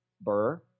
Burr